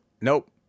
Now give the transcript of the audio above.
Nope